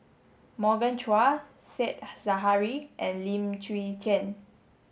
Morgan Chua Said Zahari and Lim Chwee Chian